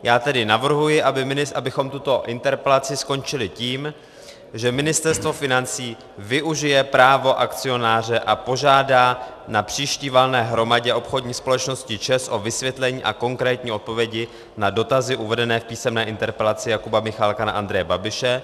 Já tedy navrhuji, abychom tuto interpelaci skončili tím, že Ministerstvo financí využije právo akcionáře a požádá na příští valné hromadě obchodní společnosti ČEZ o vysvětlení a konkrétní odpovědi na dotazy uvedené v písemné interpelaci Jakuba Michálka na Andreje Babiše.